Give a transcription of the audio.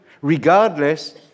regardless